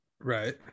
Right